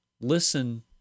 listen